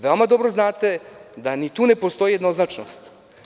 Veoma dobro znate da ni tu ne postoji jednoznačnost.